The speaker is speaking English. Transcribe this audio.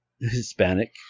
Hispanic